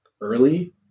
early